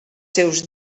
seus